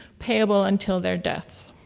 payable until their deaths.